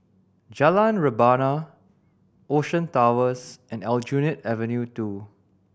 Jalan Rebana Ocean Towers and Aljunied Avenue Two